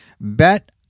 Bet